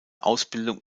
ausbildung